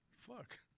fuck